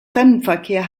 fremdenverkehr